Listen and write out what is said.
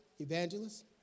evangelists